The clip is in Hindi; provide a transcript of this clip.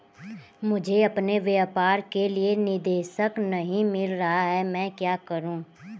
मुझे अपने व्यापार के लिए निदेशक नहीं मिल रहा है मैं क्या करूं?